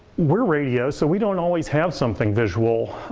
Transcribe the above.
we're radio so we don't always have something visual.